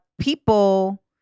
people